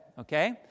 Okay